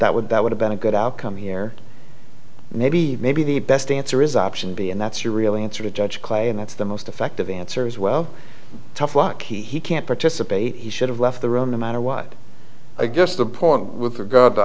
that would that would have been a good outcome here maybe maybe the best answer is option b and that's the real answer to judge clay and that's the most effective answer is well tough luck he can't participate he should have left the room no matter what i guess the point with